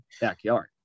backyard